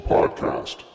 Podcast